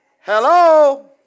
Hello